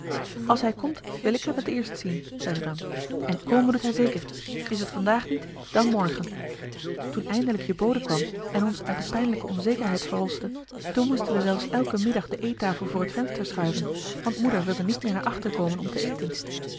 als hij komt wil ik hem het eerst zien zei ze dan en komen doet hij zeker is het vandaag niet dan morgen toen eindelijk je bode kwam en ons uit de pijnlijke onzekerheid verloste toen moesten we zelfs elken middag de eettafel voor het venster schuiven want moeder wilde niet meer naar achter komen om te eten